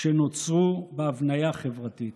שנוצרו בהבניה חברתית.